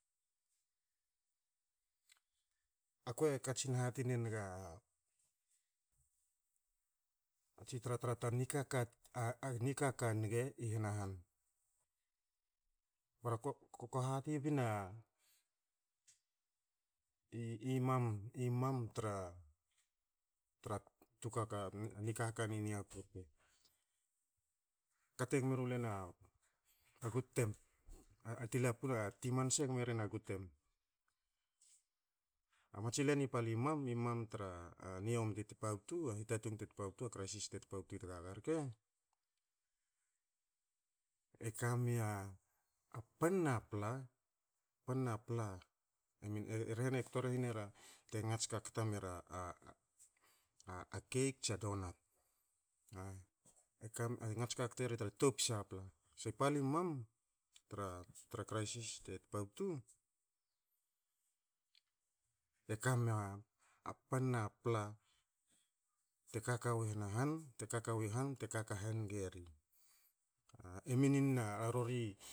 A kue katsin hati nenga a tsi tra tra tar nikaka, a nikaka nge i henahan. Bara ko, ko hati bina i- i mam, i mam tra- tra tru kaka, nikaka ni niaku rke. Ka te gme ru len a- a gut tem a- a te lapun, ti mansa gme ren a gut tem. A matsi len i pali mam i mam tra niyomi te tpabtu wa hitatung te tpabtu wa kraisis te tpabtu i tagaga rke, e kamia, a panna pla panna pla e rhe na e kto rehinera te ngats kakta mera a- a cake tsa donat. e ngats kakteri tra topsa pla. I pali mam tra- tra kraisis te tpabtu, e kamia a panna pla te kaka wi henahan, te kaka wi han te kaka hange ri. e minin na, a rori